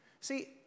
See